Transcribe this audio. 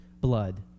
blood